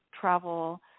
travel